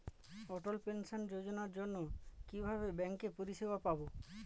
অটল pension যোজনার জন্য কিভাবে ব্যাঙ্কে পরিষেবা পাবো?